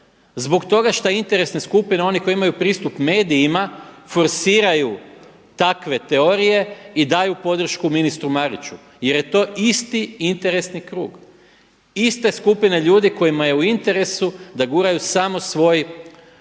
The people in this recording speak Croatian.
zbog toga šta interesne skupine onih koji imaju pristup medijima forsiraju takve teorije i daju podršku ministru Mariću jer je to isti interesni krug, iste skupine ljudi kojima je u interesu da guraju samo svoj,